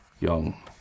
young